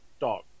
dog